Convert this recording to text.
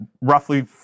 roughly